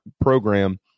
program